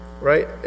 right